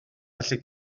allu